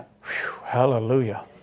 Hallelujah